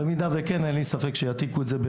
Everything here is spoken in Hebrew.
ואם כן, אין לי ספק שיעתיקו את זה.